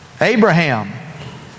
Abraham